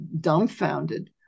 dumbfounded